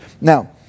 Now